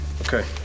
Okay